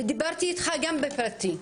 ודיברתי איתך גם בפרטי,